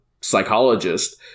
psychologist